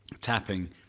tapping